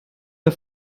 der